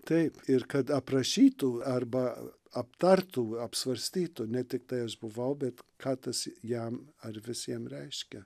taip ir kad aprašytų arba aptartų apsvarstytų ne tiktai aš buvau bet ką tas jam ar visiem reiškia